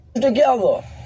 together